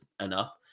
enough